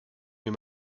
mir